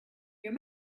your